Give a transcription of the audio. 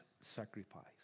sacrifice